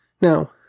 Now